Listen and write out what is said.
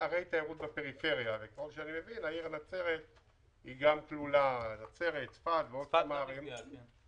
רק שתדע שאנחנו נהיה חסרי סבלנות בעניין הזה